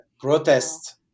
protest